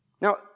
Now